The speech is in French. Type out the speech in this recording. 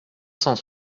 cent